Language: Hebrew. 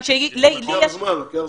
לוקח זמן.